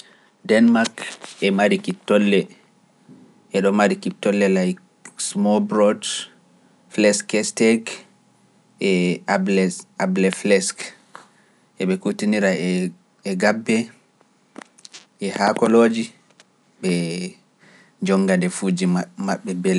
Denmak e Marikiptole laik Smoobrood, Fleskestek, Ablesk, eɓe kutinira e gabbe e haakolooji ɓe jonngande fuuji maɓɓe mbele.